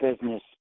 business